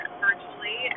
virtually